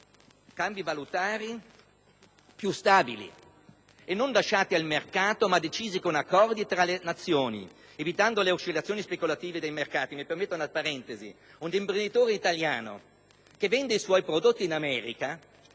cambi valutari più stabili e non lasciati al mercato, ma decisi con accordi tra le nazioni evitando le oscillazioni speculative dei mercati. Apro una parentesi. Un imprenditore italiano che vende i suoi prodotti in America